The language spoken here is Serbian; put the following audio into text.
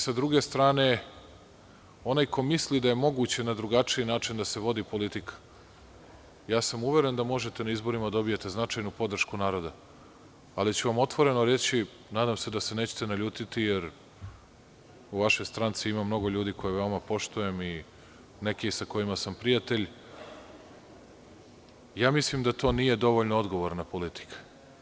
S druge strane, onaj ko misli da je moguće na drugačiji način da se vodi politika, uveren sam da na izborima možete da dobijete značajnu podršku naroda, ali ću vam otvoreno reći, nadam se da se nećete naljutiti, jer u vašoj stranci ima mnogo ljudi koje veoma poštujem i sa nekima sam prijatelj, mislim da to nije dovoljno odgovorna politika.